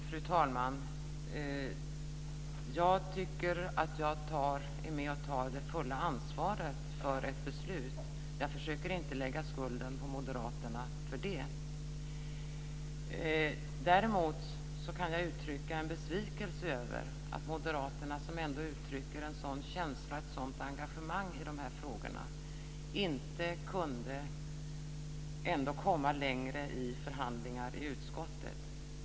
Fru talman! Jag tycker att jag är med och tar det fulla ansvaret för ett beslut. Jag försöker inte lägga skulden på moderaterna för det. Däremot kan jag uttala en besvikelse över att moderaterna som ändå uttrycker ett sådant engagemang och en sådan känsla i dessa frågor inte kunde komma längre i förhandlingarna i utskottet.